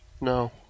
No